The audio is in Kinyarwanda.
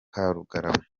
karugarama